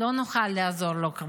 כבר לא נוכל לעזור לו.